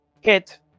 hit